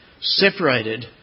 separated